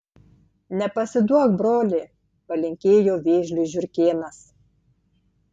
nepasiduok broli palinkėjo vėžliui žiurkėnas